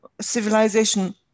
civilization